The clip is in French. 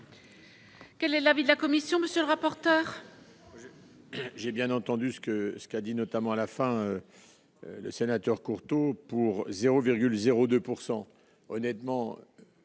Quel est l'avis de la commission, monsieur le rapporteur. J'ai bien entendu ce que ce qu'a dit notamment à la fin, le sénateur Courteau pour 0,0 2 pourcent